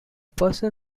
person